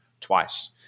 twice